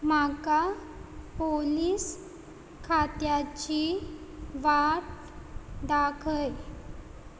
म्हाका पोलीस खात्याची वाट दाखय